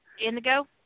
Indigo